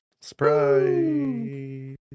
surprise